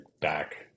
back